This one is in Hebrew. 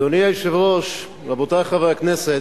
אדוני היושב-ראש, רבותי חברי הכנסת,